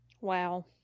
Wow